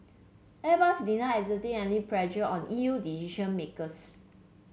Airbus denied exerting any pressure on E U decision makers